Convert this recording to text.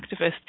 activist